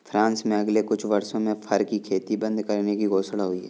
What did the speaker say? France में अगले कुछ वर्षों में फर की खेती बंद करने की घोषणा हुई है